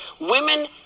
women